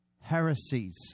heresies